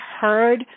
heard